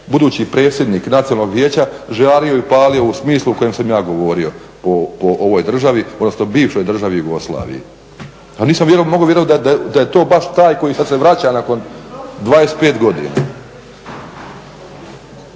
budući predsjednik Nacionalnog vijeća žario i palio u smislu u kojem sam ja govorio po ovoj državi, odnosno bivšoj državi Jugoslaviji. A nisam mogao vjerovati da je to baš taj koji sad se vraća nakon 25 godina.